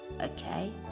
okay